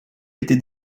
été